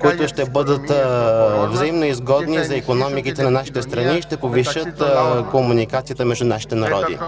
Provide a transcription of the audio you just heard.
които ще бъдат взаимноизгодни за икономиките на нашите страни и ще повишат комуникацията между нашите народи;